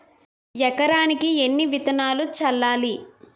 ఎకరానికి ఎన్ని విత్తనాలు చల్లాలి?